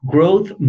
Growth